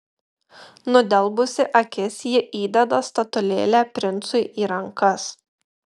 nudelbusi akis ji įdeda statulėlę princui į rankas